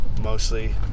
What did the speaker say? mostly